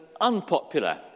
Unpopular